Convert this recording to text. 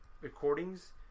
recordings